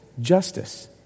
justice